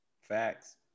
Facts